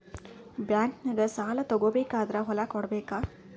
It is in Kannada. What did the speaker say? ಬ್ಯಾಂಕ್ನಾಗ ಸಾಲ ತಗೋ ಬೇಕಾದ್ರ್ ಹೊಲ ಕೊಡಬೇಕಾ?